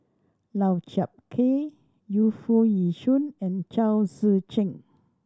Lau Chiap Khai Yu Foo Yee Shoon and Chao Tzee Cheng